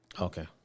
Okay